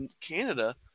canada